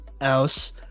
else